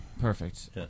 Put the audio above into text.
Perfect